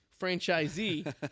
franchisee